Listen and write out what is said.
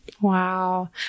Wow